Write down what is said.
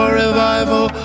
revival